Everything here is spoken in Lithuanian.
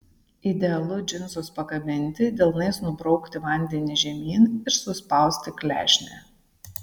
idealu džinsus pakabinti delnais nubraukti vandenį žemyn ir suspausti klešnę